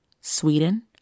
Sweden